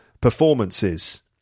performances